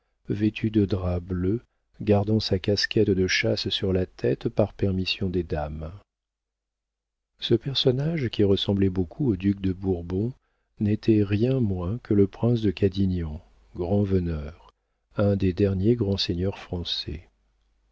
vêtu de drap bleu gardant sa casquette de chasse sur la tête par permission des dames ce personnage qui ressemblait beaucoup au duc de bourbon n'était rien moins que le prince de cadignan grand-veneur un des derniers grands seigneurs français